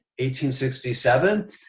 1867